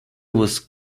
was